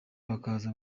bakaza